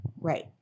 Right